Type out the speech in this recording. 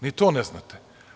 Ni to ne znate.